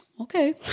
okay